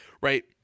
right